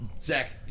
Zach